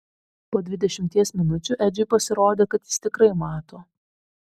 po dvidešimties minučių edžiui pasirodė kad jis tikrai mato